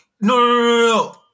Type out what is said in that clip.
no